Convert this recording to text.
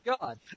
God